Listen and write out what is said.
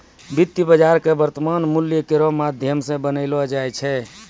वित्तीय बाजार क वर्तमान मूल्य केरो माध्यम सें बनैलो जाय छै